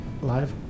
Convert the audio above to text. live